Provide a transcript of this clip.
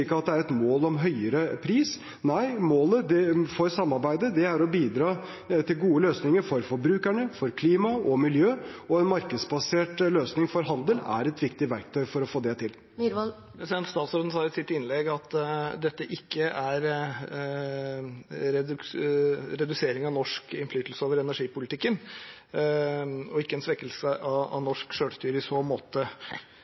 at høyere pris er et mål. Nei, målet for samarbeidet er å bidra til gode løsninger for forbrukerne, for klima og miljø, og en markedsbasert løsning for handel er et viktig verktøy for å det til. Statsråden sa i sitt innlegg at dette ikke reduserer norsk innflytelse over energipolitikken, og at det ikke er en svekkelse av